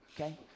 okay